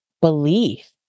belief